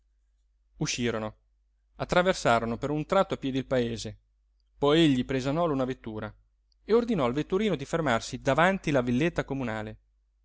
uscirono attraversarono per un tratto a piedi il paese poi egli prese a nolo una vettura e ordinò al vetturino di fermarsi davanti la villetta comunale